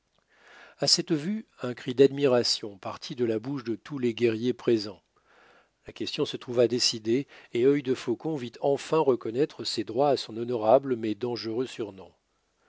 à cette vue un cri d'admiration partit de la bouche de tous les guerriers présents la question se trouva décidée et œil defaucon vit enfin reconnaître ses droits à son honorable mais dangereux surnom